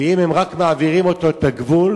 ואם הם רק מעבירים אותו את הגבול,